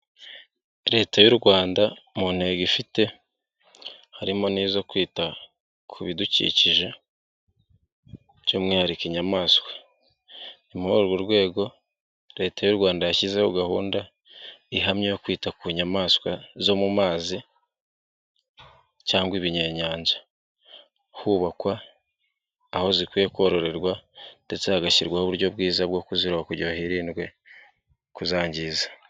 Leta y'u Rwanda mu ntego ifite harimo n'izo kwita ku bidukikije by'umwihariko inyamaswa. Ni muri urwo rwego leta y'u Rwanda yashyizeho gahunda ihamye yo kwita ku nyamaswa zo mu mazi cyangwa ibinyenyanja, hubakwa aho zikwiye kororerwa ndetse hagashyirwaho uburyo bwiza bwo kuziroba kugira hirindwe kuzangiza.